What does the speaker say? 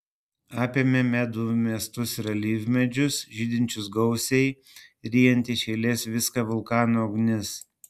apėmė medų miestus ir alyvmedžius žydinčius gausiai ryjanti iš eilės viską vulkano ugnis